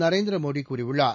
நரேந்திர மோடி கூறியுள்ளார்